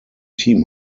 team